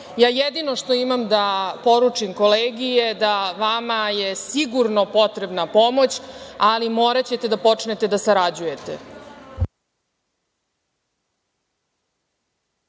Jedino što imam da poručim kolegi – vama je sigurno potrebna pomoć, ali moraćete da počnete da sarađujete.